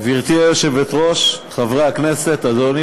של יושב-ראש הוועדה,